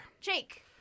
Jake